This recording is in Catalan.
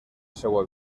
seua